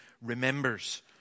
remembers